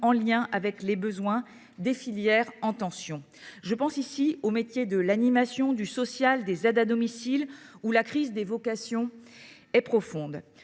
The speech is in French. en lien avec les besoins des filières en tension. Je pense ici aux métiers des secteurs de l’animation, du social, des aides à domicile, dans lesquels la crise des vocations est profonde.